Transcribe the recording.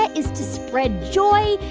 ah is to spread joy,